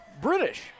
British